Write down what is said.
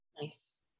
Nice